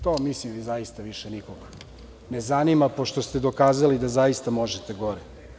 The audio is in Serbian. To mislim da više nikog ne zanima pošto ste se dokazali da zaista možete gore.